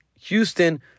Houston